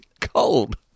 Cold